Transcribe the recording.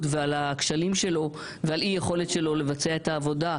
ועל הכשלים שלו ועל אי היכולת שלו לבצע את העבודה,